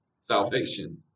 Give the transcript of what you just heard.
salvation